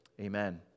amen